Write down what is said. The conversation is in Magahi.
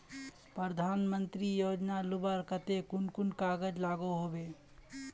प्रधानमंत्री योजना लुबार केते कुन कुन कागज लागोहो होबे?